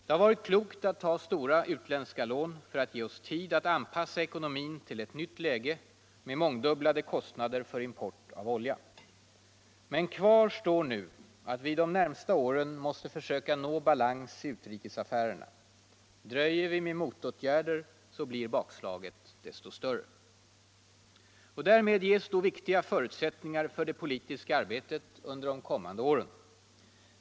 Det har varit klokt att ta stora utländska lån för att ge oss tid att anpassa ekonomin till ett nytt läge med mångdubblade kostnader för import av olja. Men kvar står nu att vi de närmaste åren måste försöka nå balans i utrikesaffärerna. Dröjer vi med motåtgärder blir bakslaget desto större. Det ger villkoren för det politiska arbetet de kommande åren.